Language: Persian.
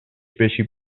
بشی